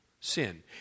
sin